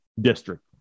District